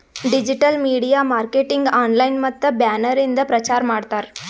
digital media marketing online ಮತ್ತ banner ಇಂದ ಪ್ರಚಾರ್ ಮಾಡ್ತಾರ್